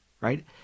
right